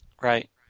Right